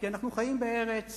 כי אנחנו חיים בארץ